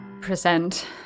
present